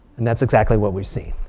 and that's exactly what we see.